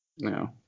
No